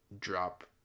drop